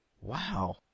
Wow